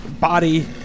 body